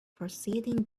proceedings